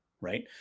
right